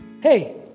hey